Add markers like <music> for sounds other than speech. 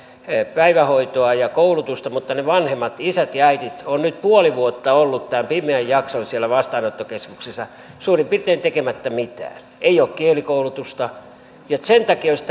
päivähoitoa ja koulutusta mutta vanhemmat isät ja äidit ovat nyt puoli vuotta olleet tämän pimeän jakson siellä vastaanottokeskuksessa suurin piirtein tekemättä mitään ei ole kielikoulutusta ja sen takia olisi <unintelligible>